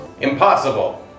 Impossible